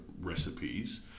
recipes